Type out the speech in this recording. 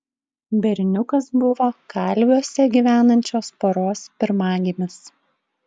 berniukas buvo kalviuose gyvenančios poros pirmagimis